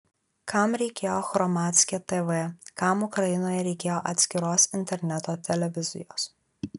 kam reikėjo hromadske tv kam ukrainoje reikėjo atskiros interneto televizijos